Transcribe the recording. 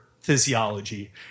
physiology